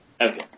Okay